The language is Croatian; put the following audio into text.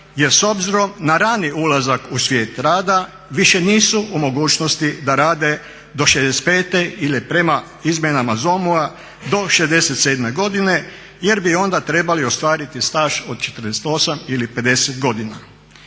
jer s obzirom na rani ulazak u svijet rada više nisu u mogućnosti da rade do 65. ili prema izmjenama ZOM-a do 67. godine jer bi onda trebali ostvariti staž od 48 ili 50 godina.